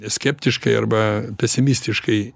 skeptiškai arba pesimistiškai